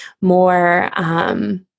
more